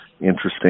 interesting